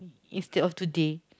instead of today